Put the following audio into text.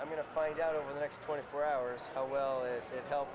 i'm going to find out over the next twenty four hours oh well